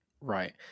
Right